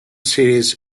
series